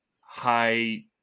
high